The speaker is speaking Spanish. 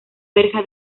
verja